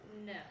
No